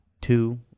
Two